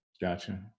Gotcha